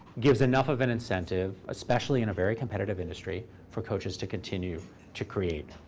gives enough of an incentive, especially in a very competitive industry, for coaches to continue to create.